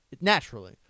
Naturally